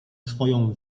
swoją